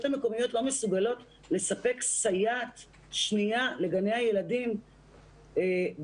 המקומיות לא מסוגלות לספק סייעת שנייה לגני הילדים בשוטף,